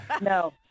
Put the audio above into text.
No